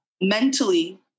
mentally